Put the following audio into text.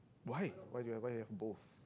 why why do you want to have both